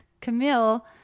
camille